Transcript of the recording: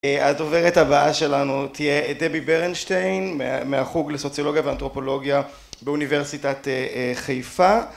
הדוברת הבאה שלנו תהיה דבי ברנשטיין מהחוג לסוציולוגיה ואנתרופולוגיה באוניברסיטת חיפה...